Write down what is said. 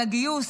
הגיוס